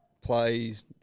plays